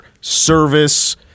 Service